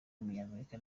w’umunyamerika